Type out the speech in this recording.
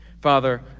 Father